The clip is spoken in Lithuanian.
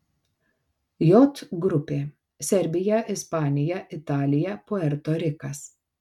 j grupė serbija ispanija italija puerto rikas